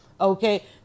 okay